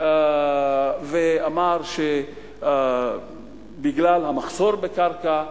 ואמר שבגלל המחסור בקרקע,